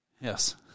Yes